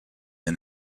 and